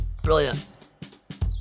Brilliant